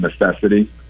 necessity